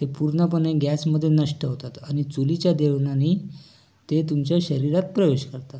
ते पूर्णपणे गॅसमध्ये नष्ट होतात आणि चुलीच्या जेवणाने ते तुमच्या शरीरात प्रवेश करतात